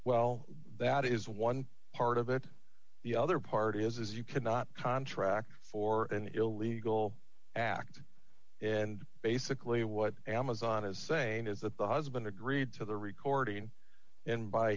well that is one part of it the other part is you cannot contract for an illegal act and basically what amazon is saying is that the husband agreed to the recording and b